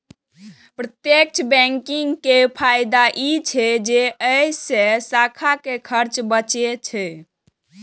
प्रत्यक्ष बैंकिंग के फायदा ई छै जे अय से शाखा के खर्च बचै छै